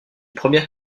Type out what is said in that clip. premières